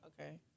okay